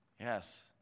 Yes